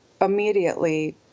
immediately